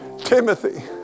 Timothy